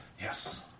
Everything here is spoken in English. Yes